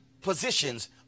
positions